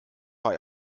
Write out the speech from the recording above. war